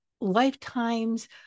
lifetimes